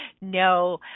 no